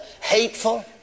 hateful